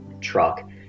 truck